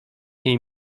niej